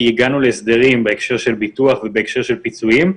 כי הגענו להסדרים בהקשר של ביטוח ובהקשר של פיצויים.